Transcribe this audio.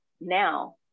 now